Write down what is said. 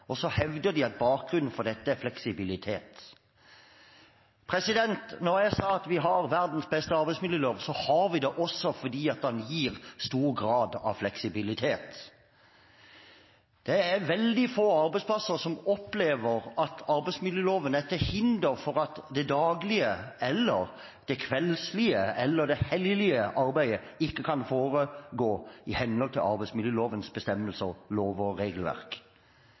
også fordi den gir stor grad av fleksibilitet. Det er veldig få arbeidsplasser som opplever at arbeidsmiljøloven er til hinder for at dag-, kvelds- eller helgearbeidet kan foregå i henhold til arbeidsmiljølovens bestemmelser, lover og regelverk.